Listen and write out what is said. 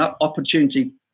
opportunity